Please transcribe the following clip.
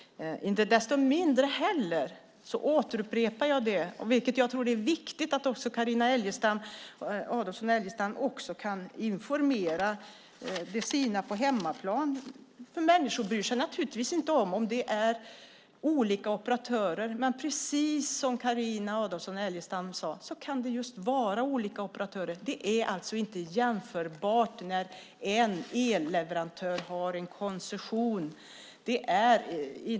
Jag upprepar att det är viktigt att också Carina Adolfsson Elgestam kan informera de sina på hemmaplan. Människor bryr sig naturligtvis inte om att det är olika operatörer, men precis som Carina Adolfsson Elgestam sade kan det just vara olika operatörer. Det är inte jämförbart med när en elleverantör har koncession.